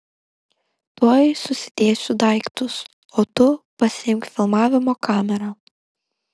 tuoj susidėsiu daiktus o tu pasiimk filmavimo kamerą